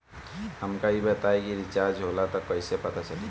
हमका ई बताई कि रिचार्ज होला त कईसे पता चली?